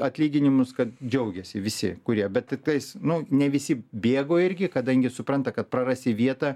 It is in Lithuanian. atlyginimus kad džiaugėsi visi kurie bet ir tais nu ne visi bėgo irgi kadangi supranta kad prarasi vietą